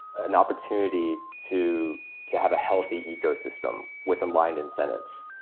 an opportunity to to have a healthy ecosystem with aligned incentives,